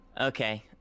Okay